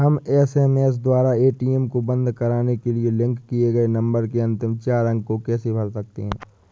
हम एस.एम.एस द्वारा ए.टी.एम को बंद करवाने के लिए लिंक किए गए नंबर के अंतिम चार अंक को कैसे भर सकते हैं?